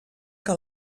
que